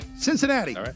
Cincinnati